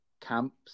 camps